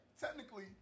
technically